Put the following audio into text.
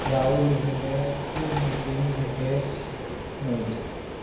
Rahul Umesh Nitin Nitesh Mohit